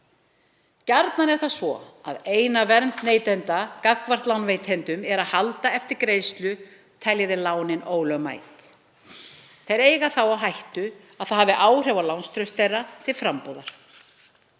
Gjarnan er það svo að eina vernd neytenda gagnvart lánveitendum er að halda eftir greiðslu telji þeir lánin ólögmæt. Þeir eiga þá á hættu að það hafi áhrif á lánstraust þeirra til frambúðar.